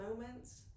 moments